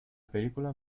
película